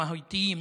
המהותיים,